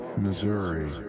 Missouri